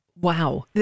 Wow